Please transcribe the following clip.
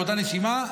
באותה נשימה,